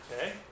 okay